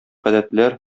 гадәтләр